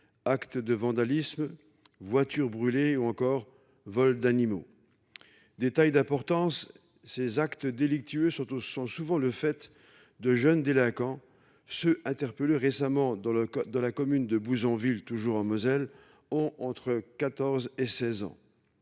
acte de vandalisme. Voitures brûlées ou encore Vol d'animaux. Détail d'importance, ces actes délictueux surtout ce sont souvent le fait de jeunes délinquants ceux interpellés récemment dans le cas de la commune de blouson ville toujours en Moselle ont entre 14 et 16 ans.